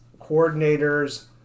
coordinators